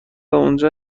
اونجا